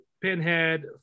Pinhead